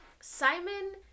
Simon